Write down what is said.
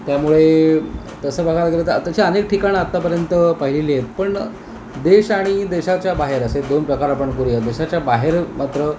त्यामुळे तसं बघायला गेलं तर तशी अनेक ठिकाणं आत्तापर्यंत पाहिलेली आहेत पण देश आणि देशाच्या बाहेर असे दोन प्रकार आपण करूया देशाच्या बाहेर मात्र